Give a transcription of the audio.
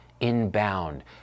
inbound